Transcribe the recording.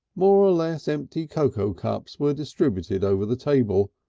more or less empty cocoa cups were distributed over the table,